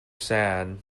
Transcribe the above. sad